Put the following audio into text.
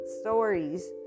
stories